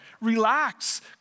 Relax